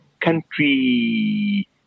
country